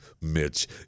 Mitch